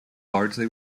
largely